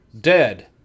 dead